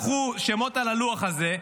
קחו שמות על הלוח הזה,